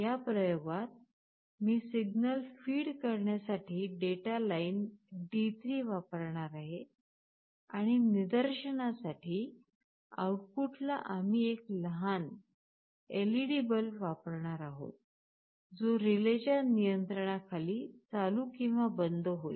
या प्रयोगात मी सिग्नल फीड करण्यासाठी डेटा लाइन D3 वापरणार आहे आणि निदर्शनासाठी आउटपुटला आम्ही एक लहान एलईडी बल्ब वापरणार आहोत जो रिलेच्या नियंत्रणाखाली चालू आणि बंद होईल